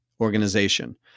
organization